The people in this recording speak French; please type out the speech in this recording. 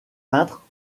peintre